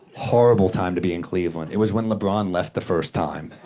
horrible time to be in cleveland. it was when lebron left the first time.